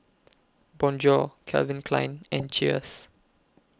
Bonjour Calvin Klein and Cheers